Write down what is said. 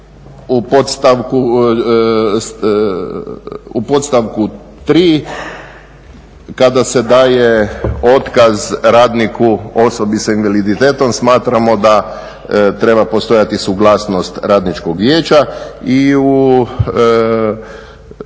u podstavku 3. kada se daje otkaz radniku osobi sa invaliditetom smatramo da treba postojati suglasnost Radničkog vijeća. I u